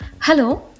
Hello